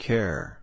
Care